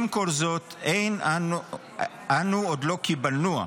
עם כל זה, אנו עוד לא קיבלנוה,